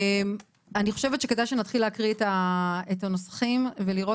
כדאי שנתחיל להקריא את הנוסחים ולראות